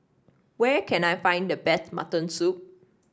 where can I find the best Mutton Soup